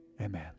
amen